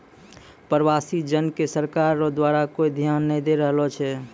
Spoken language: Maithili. प्रवासी जन के सरकार रो द्वारा कोय ध्यान नै दैय रहलो छै